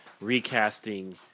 recasting